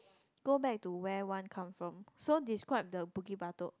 go back to where one come from so describe the Bukit-Batok